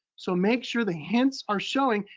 so make sure the hints are showing,